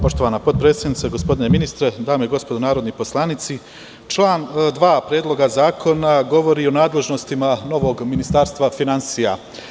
Poštovana potpredsednice, gospodine ministre, dame i gospodo narodni poslanici, član 2. Predloga zakona govori o nadležnostima novog Ministarstva finansija.